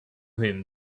him